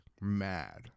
mad